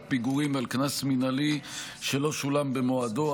פיגורים על קנס מינהלי שלא שולם במועדו.